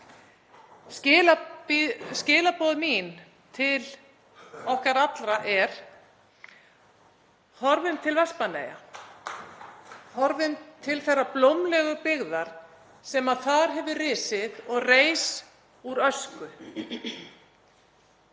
Skilaboð mín til okkar allra er: Horfum til Vestmannaeyja, horfum til þeirrar blómlegu byggðar sem þar hefur risið og reis úr ösku.